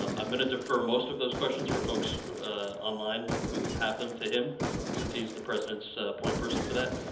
um i'm going to defer most of those questions for folks online who have them to him since he's the president so point person for that,